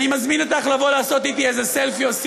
אני מזמין אותך לבוא לעשות אתי איזה סלפי או סרטון.